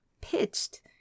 pitched